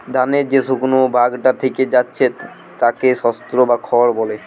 ধানের যে শুকনো ভাগটা থিকে যাচ্ছে তাকে স্ত্রও বা খড় বলে